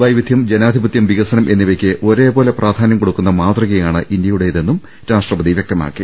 വൈവിധ്യം ജനാധിപത്യം വികസനം എന്നി വയ്ക്ക് ഒരേപോലെ പ്രാധാനൃം കൊടുക്കുന്ന മാതൃകയാണ് ഇന്ത്യയുടേ തെന്നും രാഷ്ട്രപതി വൃക്തമാക്കി